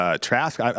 Trask